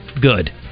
Good